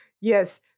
Yes